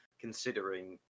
considering